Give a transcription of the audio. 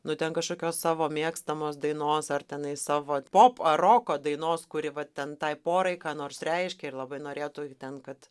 nu ten kažkokios savo mėgstamos dainos ar tenai savo pop ar roko dainos kuri va ten tai porai ką nors reiškia ir labai norėtų ten kad